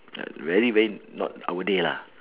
like very very not our day lah